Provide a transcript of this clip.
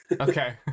Okay